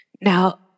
Now